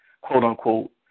quote-unquote